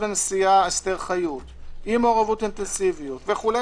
הנשיאה אסתר חיות עם מעורבות אינטנסיבית וכו',